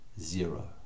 zero